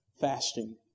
fasting